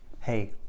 Hey